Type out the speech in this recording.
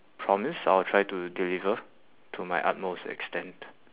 promise I will try to deliver to my utmost extent